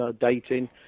dating